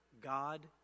God